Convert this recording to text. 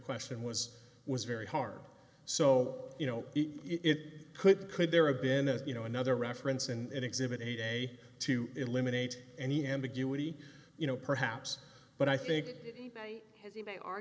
question was was very hard so you know it could could there have been a you know another reference and exhibit a day to eliminate any ambiguity you know perhaps but i think he may ar